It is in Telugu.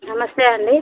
నమస్తే అండి